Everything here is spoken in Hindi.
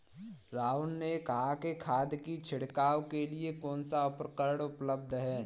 राहुल ने कहा कि खाद की छिड़काव के लिए कौन सा उपकरण उपलब्ध है?